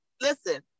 Listen